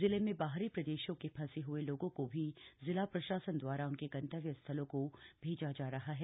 जिले में बाहरी प्रदेशों के फंसे हए लोगों को भी जिला प्रशासन दवारा उनके गंतव्य स्थलों को भेजा जा रहा है